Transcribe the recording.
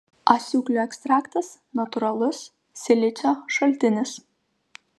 asiūklių ekstraktas natūralus silicio šaltinis